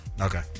Okay